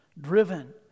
Driven